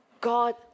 God